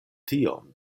tiom